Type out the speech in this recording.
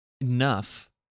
enough